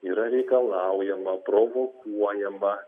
yra reikalaujama provokuojama